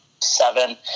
seven